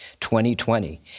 2020